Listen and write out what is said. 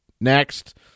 Next